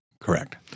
Correct